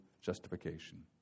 justification